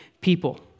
people